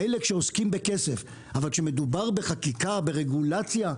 מילא כשעוסקים בכסף, אבל כשמדובר בחקיקה ברגולציה?